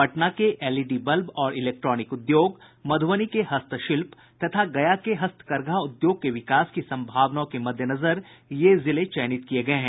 पटना के LED bulb और electronic उद्योग मधुबनी के हस्तशिल्प तथा गया के हस्तकरघा उद्योग के विकास की संभावनाओं के मद्देनजर ये जिले चयनित किये गये हैं